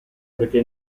perché